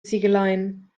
ziegeleien